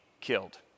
killed